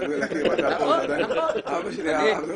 --- אבל